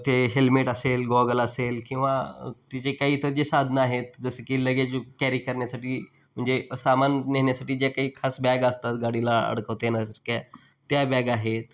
ते हेल्मेट असेल गॉगल असेल किंवा तिचे काही तर जे साधनं आहेत जसं की लगेज कॅरी करण्यासाठी म्हणजे सामान नेण्यासाठी जे काही खास बॅग असतात गाडीला अडकवते येण्यासारख्या त्या बॅग आहेत